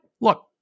Look